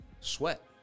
sweat